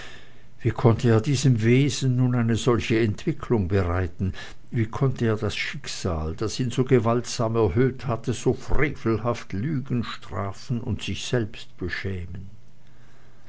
wie konnte er diesem wesen nun eine solche entwicklung bereiten wie konnte er das schicksal das ihn gewaltsam so erhöht hatte so frevelhaft lügen strafen und sich selbst beschämen